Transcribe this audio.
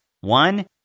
One